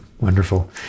wonderful